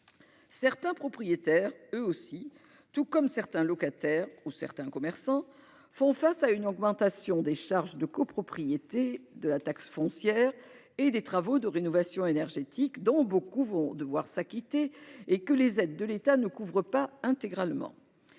Certains propriétaires, comme certains locataires ou certains commerçants, font face à une augmentation des charges de copropriété, de la taxe foncière et des travaux de rénovation énergétique dont beaucoup devront s'acquitter et que les aides de l'État ne couvrent pas intégralement.